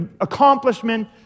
accomplishment